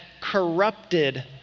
corrupted